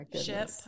ship